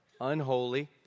unholy